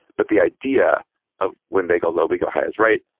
but the idea of when they go low, we go high is right.